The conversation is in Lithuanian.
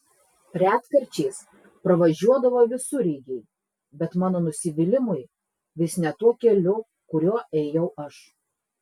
retkarčiais pravažiuodavo visureigiai bet mano nusivylimui vis ne tuo keliu kuriuo ėjau aš